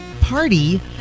Party